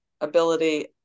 ability